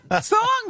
song